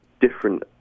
different